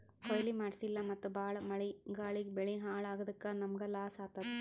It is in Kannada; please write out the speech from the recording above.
ಕೊಯ್ಲಿ ಮಾಡ್ಸಿಲ್ಲ ಮತ್ತ್ ಭಾಳ್ ಮಳಿ ಗಾಳಿಗ್ ಬೆಳಿ ಹಾಳ್ ಆಗಾದಕ್ಕ್ ನಮ್ಮ್ಗ್ ಲಾಸ್ ಆತದ್